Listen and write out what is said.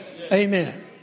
Amen